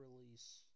release